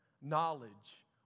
Knowledge